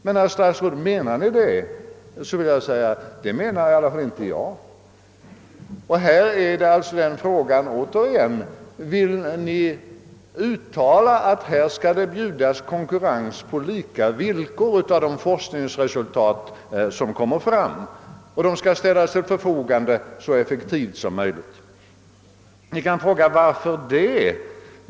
Men, herr statsråd, menar Ni det, så vill jag säga att det anser åtminstone inte jag. Jag ställer alltså återigen frågan: Vill Ni uttala att det skall bjudas konkurrens på lika villkor när det gäller utnyttjande av de erfarenheter och de forskningsresultat som kommer fram och att de skall utnyttjas så effektivt som möjligt? Ni kan fråga: Varför det?